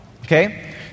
Okay